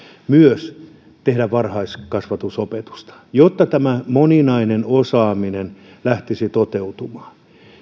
myös tehdä varhaiskasvatusopetusta jotta tämä moninainen osaaminen lähtisi toteutumaan